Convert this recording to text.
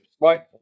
Right